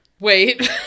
Wait